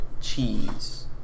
cheese